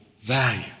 value